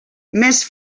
més